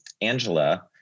Angela